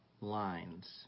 lines